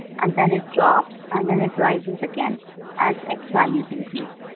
and then it drops, and then it rises again as x values increase.